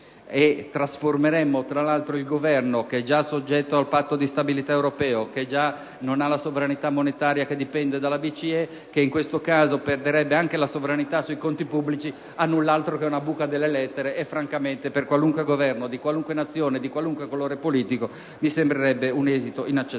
Trasformeremmo, tra l'altro, il Governo, che è già soggetto al Patto di stabilità europeo, che già non ha la sovranità monetaria, che dipende dalla BCE, e che in questo caso perderebbe anche la sovranità sui conti pubblici, in null'altro che una buca delle lettere. Francamente per qualunque Governo, di qualunque Nazione, di qualunque colore politico, mi sembrerebbe un esito inaccettabile.